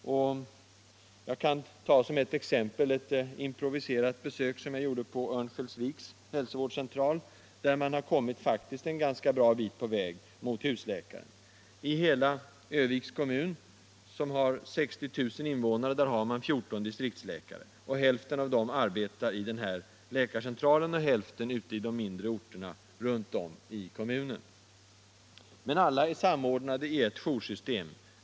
Jag kan ta som exempel ett improviserat besök som jag gjorde på Örnsköldsviks hälsovårdscentral, där man faktiskt har kommit en ganska bra bit på väg mot husläkaren. I hela Örnsköldsviks kommun, som har 60 000 invånare, har man 14 distriktsläkare. Hälften av dem arbetar på läkarcentralen och hälften i de mindre orterna runt om i kommunen. Men alla är samordnade i ett joursystem.